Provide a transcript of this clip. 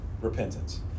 repentance